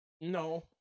No